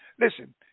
Listen